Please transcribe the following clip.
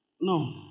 No